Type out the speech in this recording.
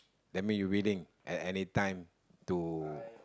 that mean you willing at any time to